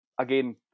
Again